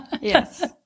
yes